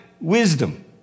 wisdom